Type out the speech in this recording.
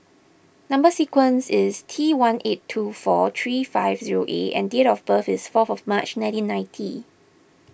Number Sequence is T one eight two four three five zero A and date of birth is fourth of March nineteen ninety